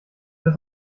das